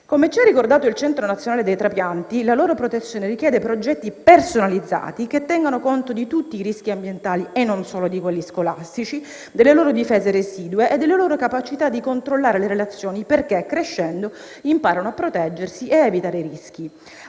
Come ci ha ricordato il Centro nazionale dei trapianti, la loro protezione richiede progetti personalizzati, che tengano conto di tutti i rischi ambientali e non solo di quelli scolastici, delle loro difese residue e delle loro capacità di controllare le relazioni, affinché crescendo imparino a proteggersi e a evitare rischi.